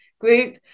group